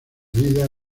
vida